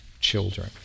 children